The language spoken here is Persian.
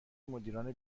مدیران